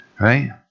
Right